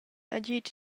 agid